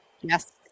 Yes